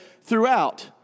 throughout